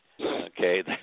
Okay